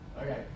Okay